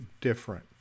different